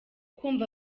kumva